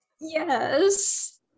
Yes